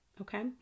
Okay